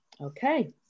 Okay